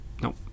nope